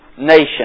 nation